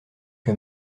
que